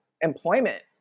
employment